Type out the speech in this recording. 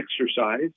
exercise